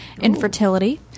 infertility